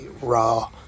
Raw